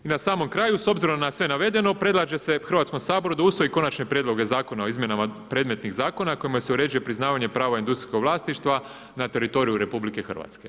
I na samom kraju, s obzirom na sve navedeno predlaže se Hrvatskom saboru da usvoji konačne prijedloge zakona o izmjenama predmetnih zakona kojima se uređuje priznavanje prava industrijskog vlasništva na teritoriju RH.